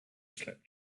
slept